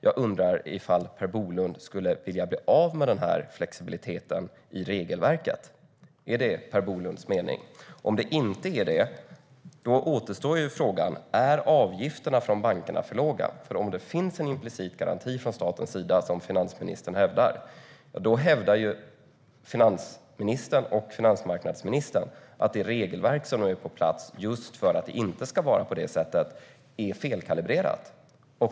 Jag undrar om Per Bolund skulle vilja bli av med flexibiliteten i regelverket. Är det Per Bolunds mening? Om det inte är Per Bolunds mening återstår frågan om avgifterna från bankerna är för låga. Om det finns en implicit garanti från statens sida, som finansmarknadsministern hävdar, hävdar nämligen finansministern och finansmarknadsministern att det regelverk som nu är på plats just för att det inte ska vara på det sättet är fel kalibrerat.